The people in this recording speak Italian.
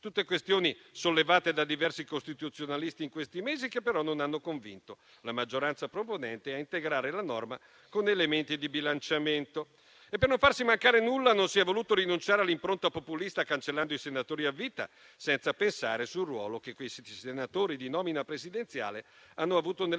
tutte questioni sollevate da diversi costituzionalisti in questi mesi, che però non hanno convinto la maggioranza proponente a integrare la norma con elementi di bilanciamento. E per non farsi mancare nulla non si è voluto rinunciare all'impronta populista, cancellando i senatori a vita, senza pensare al ruolo che questi senatori di nomina presidenziale hanno avuto nella